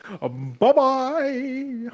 Bye-bye